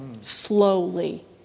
slowly